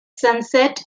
sunset